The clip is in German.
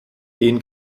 den